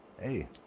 hey